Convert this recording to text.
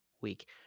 week